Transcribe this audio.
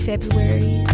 February